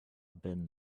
been